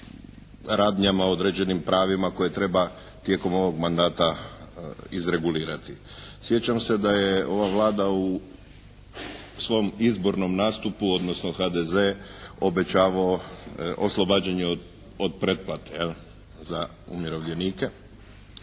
radnjama, određenim pravima koje treba tijekom ovog mandata izregulirati. Sjećam se da je ova Vlada u svom izbornom nastupu, odnosno HDZ obećavao oslobađanje od pretplate jel', za umirovljenike.